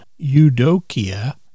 eudokia